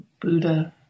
Buddha